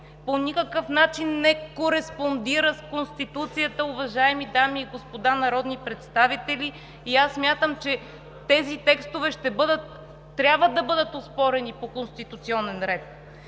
по никакъв начин не кореспондира с Конституцията, уважаеми дами и господа народни представители, и аз смятам, че тези текстове ще бъдат, трябва да бъдат оспорени по конституционен ред.